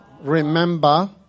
Remember